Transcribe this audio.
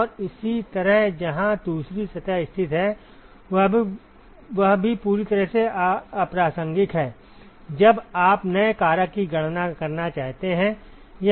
और इसी तरह जहां दूसरी सतह स्थित है वह भी पूरी तरह से अप्रासंगिक है जब आप नए कारक की गणना करना चाहते हैं